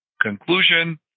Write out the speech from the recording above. conclusion